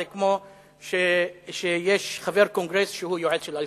זה כמו שיש חבר קונגרס שהוא יועץ של "אל-קאעידה".